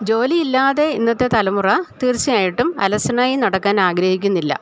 ജോലിയില്ലാതെ ഇന്നത്തെ തലമുറ തീർച്ചയായിട്ടും അലസനായി നടക്കാനാഗ്രഹിക്കുന്നില്ല